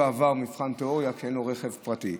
עבר מבחן תיאוריה כי אין לו רכב פרטי.